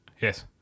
Yes